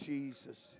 Jesus